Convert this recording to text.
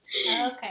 Okay